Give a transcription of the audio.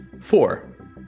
Four